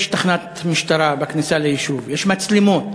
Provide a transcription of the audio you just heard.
יש תחנת משטרה בכניסה ליישוב, יש מצלמות.